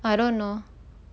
I don't know